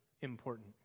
important